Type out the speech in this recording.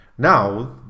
Now